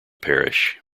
parish